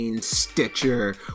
stitcher